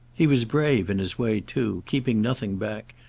he was brave in his way too, keeping nothing back,